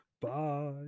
Bye